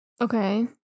Okay